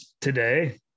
today